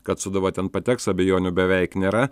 kad sūduva ten pateks abejonių beveik nėra